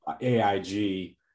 AIG